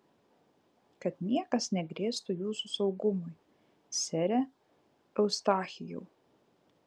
kad niekas negrėstų jūsų saugumui sere eustachijau